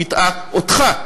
הוא הטעה אותך,